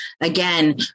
Again